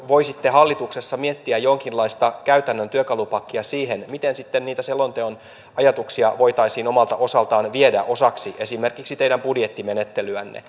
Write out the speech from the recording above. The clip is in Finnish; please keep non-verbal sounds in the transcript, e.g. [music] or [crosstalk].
voisitte hallituksessa miettiä jonkinlaista käytännön työkalupakkia siihen miten sitten niitä selonteon ajatuksia voitaisiin omalta osaltaan viedä osaksi esimerkiksi teidän budjettimenettelyänne [unintelligible]